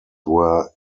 were